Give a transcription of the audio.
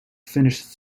finished